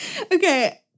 Okay